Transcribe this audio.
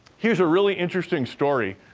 here's a really interesting story.